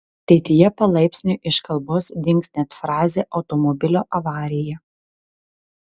ateityje palaipsniui iš kalbos dings net frazė automobilio avarija